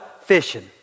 fishing